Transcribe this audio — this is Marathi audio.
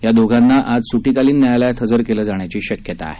या दोघांना आज सुट्टीकालीन न्यायालयात हजर केलं जाण्याची शक्यता आहे